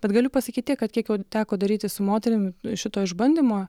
bet galiu pasakyt tiek kad kiek jau teko daryti su moterim šito išbandymo